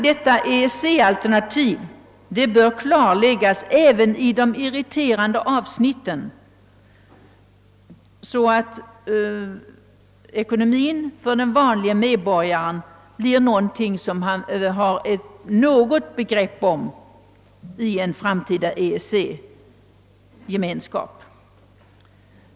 Därför bör EEC-alternativet klarläggas även i de irriterande avsnitten, så att den vanlige medborgaren kan få något begrepp om sina egna ekonomiska möjligheter i en framtida EEC gemenskap.